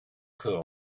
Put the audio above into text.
cool